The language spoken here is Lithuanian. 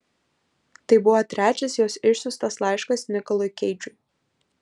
tai buvo trečias jos išsiųstas laiškas nikolui keidžui